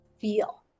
feel